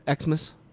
Xmas